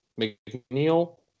McNeil